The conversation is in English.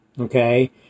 okay